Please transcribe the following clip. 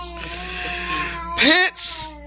Pence